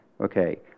okay